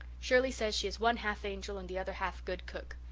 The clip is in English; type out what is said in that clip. shirley says she is one half angel and the other half good cook.